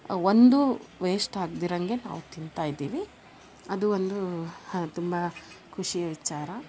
ಒಂದೂ ವೇಸ್ಟ್ ಆಗ್ದಿರಂಗೆ ನಾವು ತಿಂತಾ ಇದ್ದೀವಿ ಅದು ಒಂದು ತುಂಬಾ ಖುಷಿಯ ವಿಚಾರ